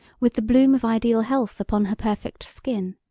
with the bloom of ideal health upon her perfect skin.